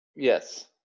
Yes